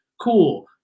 cool